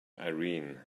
erin